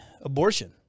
Abortion